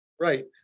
Right